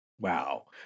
Wow